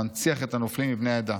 המנציח את הנופלים מבני העדה.